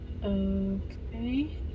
Okay